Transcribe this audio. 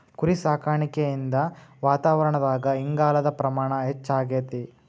ಕುರಿಸಾಕಾಣಿಕೆಯಿಂದ ವಾತಾವರಣದಾಗ ಇಂಗಾಲದ ಪ್ರಮಾಣ ಹೆಚ್ಚಆಗ್ತೇತಿ